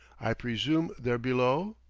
i presume they're below?